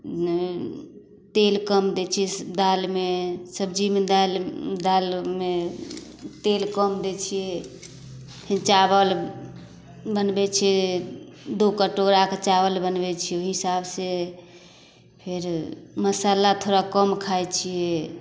नहि तेल कम दै छिए दालिमे सब्जीमे दालि दालिमे तेल कम दै छिए फेर चावल बनबै छिए दुइ कटोराके चावल बनबै छिए ओहि हिसाबसँ फेर मसल्ला थोड़ा कम खाइ छिए